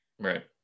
Right